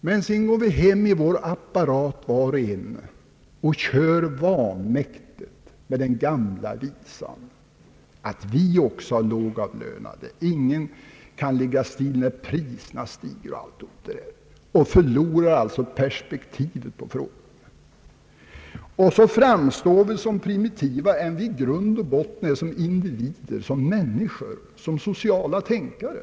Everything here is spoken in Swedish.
Men sedan går vi hem var och en i sin apparat och kör vanmäktigt med den gamla visan, att vi också har lågavlönade, ingen kan ligga still när Priserna stiger osv., och då förlorar vi perspektivet på frågan. Så framstår vi som primitivare än vi i grund och botten är som individer, som människor, som sociala tänkare.